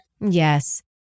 Yes